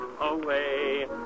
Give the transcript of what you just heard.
away